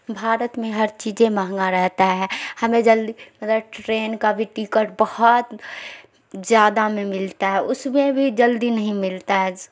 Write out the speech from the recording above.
بھارت میں ہر چیز مہنگا رہتا ہے ہمیں جلدی مطلب ٹرین کا بھی ٹکٹ بہت زیادہ میں ملتا ہے اس میں بھی جلدی نہیں ملتا ہے